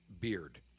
beard